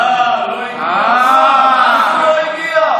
אה, לא הגיע.